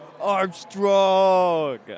Armstrong